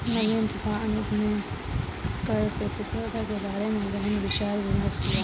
नवीन तथा अनुज ने कर प्रतिस्पर्धा के बारे में गहन विचार विमर्श किया